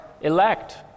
elect